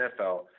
NFL